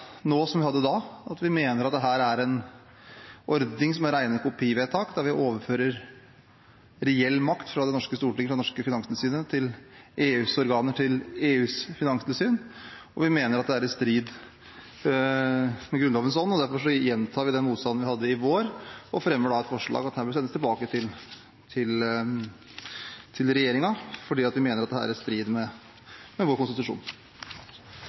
nå som vi hadde da. Vi mener at dette er en ordning som er rene kopivedtak, der vi overfører reell makt fra det norske stortinget, fra det norske finanstilsynet til EUs organer, til EUs finanstilsyn, og vi mener at det er i strid med Grunnlovens ånd. Derfor gjentar vi den motstanden vi hadde i vår, og fremmer forslag om at dette bør sendes tilbake til regjeringen, fordi vi mener at dette er i strid med vår konstitusjon.